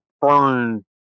burn